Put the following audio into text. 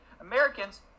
Americans